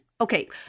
okay